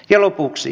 ja lopuksi